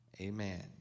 Amen